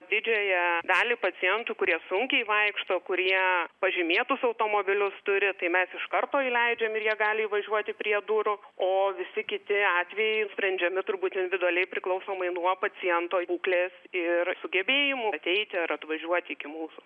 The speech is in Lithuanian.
didžiąją dalį pacientų kurie sunkiai vaikšto kurie pažymėtus automobilius turi tai mes iš karto įleidžiam ir jie gali įvažiuoti prie durų o visi kiti atvejai sprendžiami turbūt individualiai priklausomai nuo paciento būklės ir sugebėjimų ateiti ar atvažiuoti iki mūsų